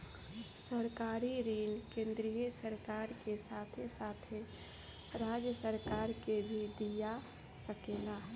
सरकारी ऋण केंद्रीय सरकार के साथे साथे राज्य सरकार के भी दिया सकेला